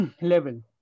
level